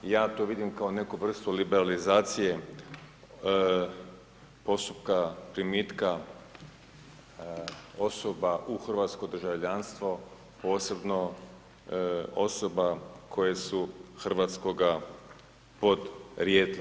Ja to vidim kao neku vrstu liberalizacije postupka primitka osoba u hrvatsko državljanstvo, posebno osoba koje su hrvatskoga podrijetla.